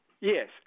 Yes